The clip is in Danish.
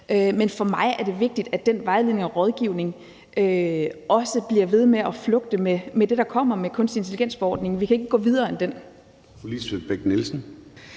Men for mig er det vigtigt, at den vejledning og rådgivning også bliver ved med at flugte med det, der kommer med kunstig intelligens-forordningen. Vi kan ikke gå videre end den.